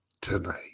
tonight